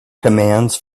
commands